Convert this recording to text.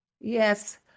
Yes